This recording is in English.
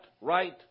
right